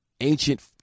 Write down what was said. ancient